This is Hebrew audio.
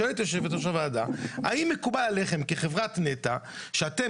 שואלת יו"ר הוועדה האם מקובל עליכם כחברת נת"ע שאתם,